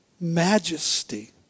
majesty